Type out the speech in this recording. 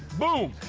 boom.